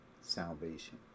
Salvation